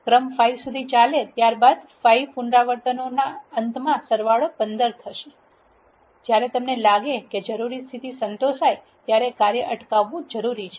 ક્રમ 5 સુધી ચાલે ત્યારબાદ 5 પુનરાવર્તનોના અંતમાં સરવાળો 15 થશે જ્યારે તમને લાગે કે જરૂરી સ્થિતિ સંતોષાય ત્યારે કાર્ય અટકાવવું જરૂરી છે